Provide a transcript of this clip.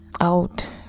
out